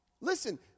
listen